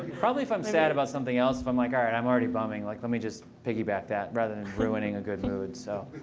probably if i'm sad about something else, if i'm like all right. i'm already bumming. like let me just piggy back that rather than ruining a good mood. so